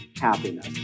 happiness